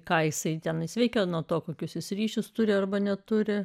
ką jisai ten jis veikė nuo to kokius ryšius turi arba neturi